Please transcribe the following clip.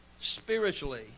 spiritually